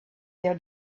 their